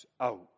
out